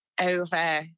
over